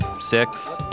six